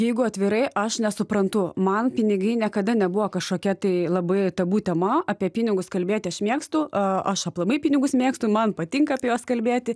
jeigu atvirai aš nesuprantu man pinigai niekada nebuvo kažkokia tai labai tabu tema apie pinigus kalbėti aš mėgstu aš aplamai pinigus mėgstu man patinka apie juos kalbėti